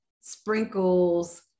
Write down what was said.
sprinkles